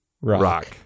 rock